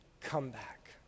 comeback